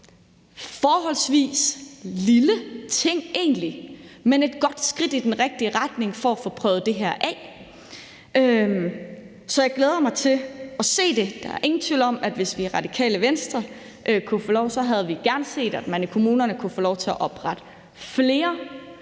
forholdsvis lille ting, men et godt skridt i den rigtige retning for at få prøvet det her af, så jeg glæder mig til at se det. Der er ingen tvivl om, at hvis vi i Radikale Venstre kunne have fået lov, havde vi gerne set, at man i kommunerne kunne få lov til at oprette flere